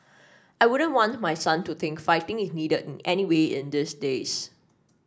I wouldn't want my son to think fighting is needed in any way in these days